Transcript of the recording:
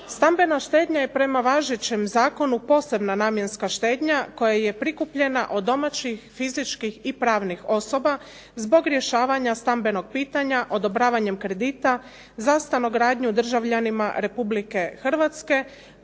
Stambena štednja je prema važećem Zakonu posebna namjenska štednja koja je prikupljena od domaćih fizičkih i pravnih osoba zbog rješavanja stambenog pitanja, odobravanjem kredita za stanogradnju državljanima Republike Hrvatske